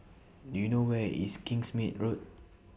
Do YOU know Where IS Kingsmead Road